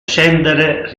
scendere